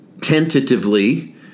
tentatively